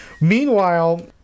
Meanwhile